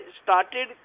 started